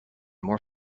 more